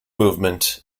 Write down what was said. movement